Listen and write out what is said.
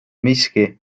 miski